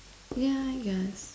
yeah I guess